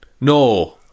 No